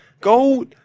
go